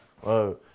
whoa